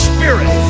Spirit